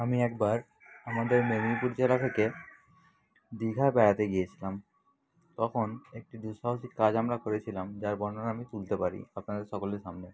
আমি একবার আমাদের মেদনীপুর জেলা থেকে দীঘা বেড়াতে গিয়েছিলাম তখন একটি দুঃসাহসিক কাজ আমরা করেছিলাম যার বর্ণনা আমি তুলতে পারি আপনাদের সকলের সামনে